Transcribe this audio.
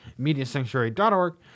mediasanctuary.org